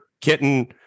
kitten